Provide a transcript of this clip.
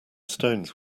stones